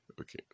Okay